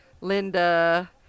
Linda